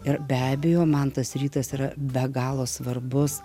ir be abejo man tas rytas yra be galo svarbus